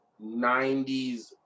90s